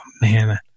man